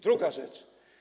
Druga rzecz.